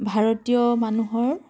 ভাৰতীয় মানুহৰ